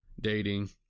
dating